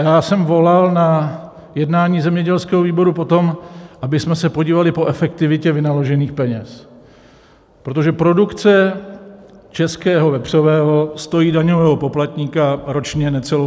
Já jsem volal na jednání zemědělského výboru po tom, abychom se podívali po efektivitě vynaložených peněz, protože produkce českého vepřového stojí daňového poplatníka ročně necelou miliardu.